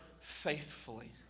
faithfully